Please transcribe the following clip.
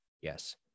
Yes